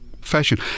fashion